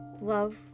love